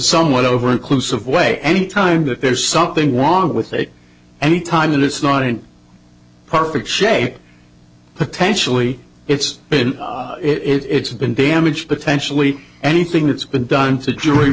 somewhat over inclusive way anytime that there's something wrong with it any time and it's not in perfect shape potentially it's been it's been damaged potentially anything that's been done to